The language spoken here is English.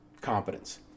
competence